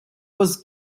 was